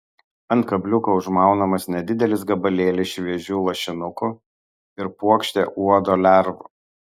ant kabliuko užmaunamas nedidelis gabalėlis šviežių lašinukų ir puokštė uodo lervų